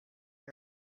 her